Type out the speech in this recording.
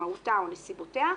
מהותה או נסיבותיה,